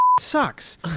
sucks